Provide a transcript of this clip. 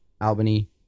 Albany